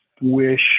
wish